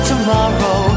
Tomorrow